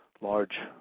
large